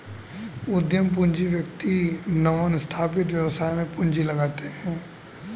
उद्यम पूंजी व्यक्ति नवस्थापित व्यवसाय में पूंजी लगाते हैं